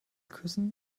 küssen